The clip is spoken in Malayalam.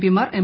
പി മാർ എം